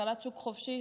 כלכלת שוק חופשי,